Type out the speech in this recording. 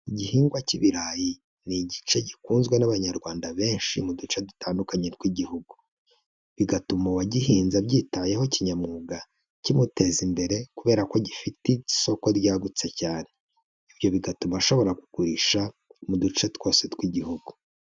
Igihingwa cy'ibirayi ni igice gikunzwe n'abanyarwanda benshi mu duce dutandukanye tw'igihugu, bigatuma uwagihinze abyitayeho kinyamwuga, kimuteza imbere kubera ko gifite isoko ryagutse cyane, ibyo bigatuma ashobora kugurisha mu duce twose tw'igihugu.